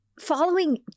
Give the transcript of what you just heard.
following